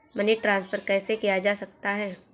Money transfer कैसे किया जा सकता है?